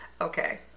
okay